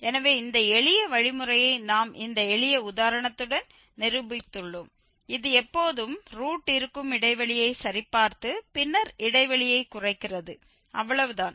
எனவே இந்த எளிய வழிமுறையை நாம் இந்த எளிய உதாரணத்துடன் நிரூபித்துள்ளோம் இது எப்போதும் ரூட் இருக்கும் இடைவெளியை சரிபார்த்து பின்னர் இடைவெளியைக் குறைக்கிறது அவ்வளவுதான்